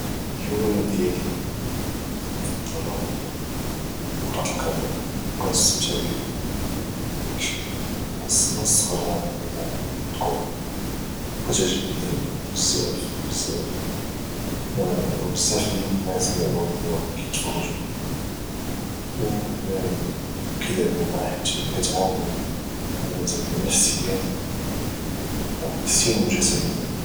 هوايه ديالي المفضله وهي كره القدم وكانستمتع بها لحقاش من الصغر وانا كنلعب كوره وكاتعجبني كره بزاف وبزاف ديال الناس دبا ولاو كتفرجو في كورة وكيلعبوها حيت كتعاونهم نفسيا وجسديا